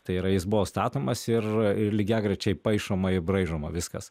tai yra jis buvo statomas ir ir lygiagrečiai paišoma ir braižoma viskas